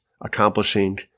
accomplishing